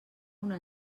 una